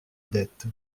dette